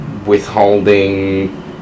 withholding